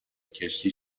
کشتی